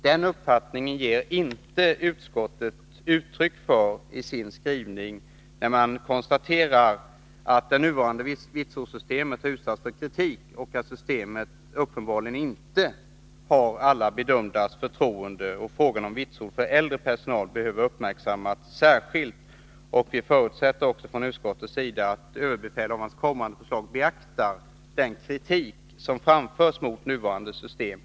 Den uppfattningen ger inte utskottet uttryck för i sin skrivning. Man konstaterar att nuvarande vitsordssystem utsatts för kritik och uppenbarligen inte har alla bedömdas förtroende. Frågan om vitsord för äldre personal behöver uppmärksammas särskilt, och det förutsätts också från utskottets sida att överbefälhavarens kommande förslag beaktar den kritik som har framförts mot nuvarande system.